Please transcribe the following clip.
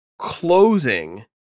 closing